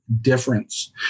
difference